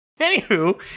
Anywho